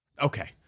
Okay